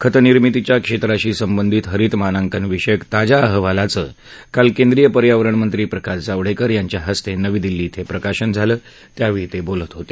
खत निर्मितीच्या क्षेत्राशी संबंधित हरित मानंकनविषयक ताज्या अहवालाचं काल केंद्रीय पर्वावरण मंत्री प्रकाश जावडेकर यांच्या हस्ते नवी दिल्ली िंग प्रकाशन झालं त्यावेळी ते बोलत होते